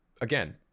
again